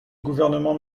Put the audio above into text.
gouvernement